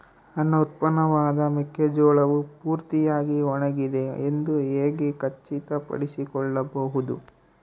ನನ್ನ ಉತ್ಪನ್ನವಾದ ಮೆಕ್ಕೆಜೋಳವು ಪೂರ್ತಿಯಾಗಿ ಒಣಗಿದೆ ಎಂದು ಹೇಗೆ ಖಚಿತಪಡಿಸಿಕೊಳ್ಳಬಹುದು?